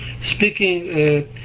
speaking